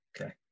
okay